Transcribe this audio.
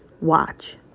Watch